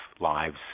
lives